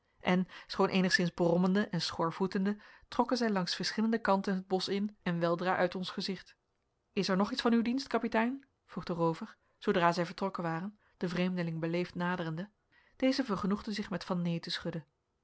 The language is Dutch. en schoon eenigszins brommende en schoorvoetende trokken zij langs verschillende kanten het bosch in en weldra uit ons gezicht is er nog iets van uw dienst kapitein vroeg de roover zoodra zij vertrokken waren den vreemdeling beleefd naderende deze vergenoegde zich met van neen te schudden